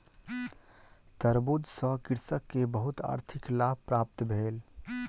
तरबूज सॅ कृषक के बहुत आर्थिक लाभ प्राप्त भेल